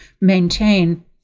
maintain